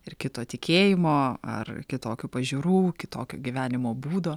ir kito tikėjimo ar kitokių pažiūrų kitokio gyvenimo būdo